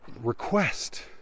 request